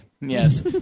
Yes